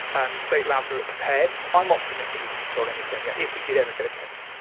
and the state labs are prepared. i'm optimistic we can control anything, yeah if we did ever get a case.